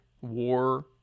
war